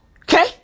Okay